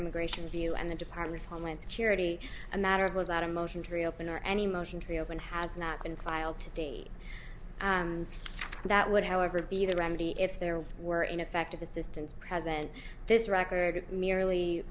immigration view and the department of homeland security a matter of was out a motion to reopen or any motion to reopen has not been filed to date and that would however be the remedy if there were ineffective assistance present this record merely